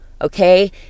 okay